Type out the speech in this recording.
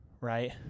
right